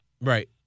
Right